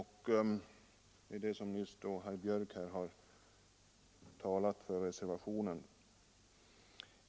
Herr Björck i Nässjö har ju nyss talat för reservationen.